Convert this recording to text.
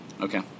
Okay